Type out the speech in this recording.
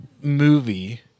movie